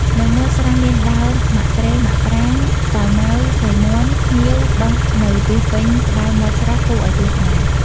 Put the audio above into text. នៅមាត់ស្រះ មានដើមមាក់ប្រេង មាក់ប្រាង សាវម៉ាវ សិរមាន់ ភ្ញៀវ ដុះនៅពាសពេញក្បែរមាត់ស្រះ គួរឲ្យទស្សនា។